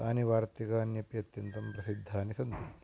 तानि वार्तिकान्यपि अत्यन्तं प्रसिद्धानि सन्ति